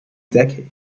decade